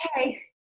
okay